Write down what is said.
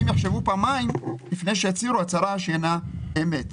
יחשבו פעמיים לפני שיצהירו הצהרה שאינה אמת.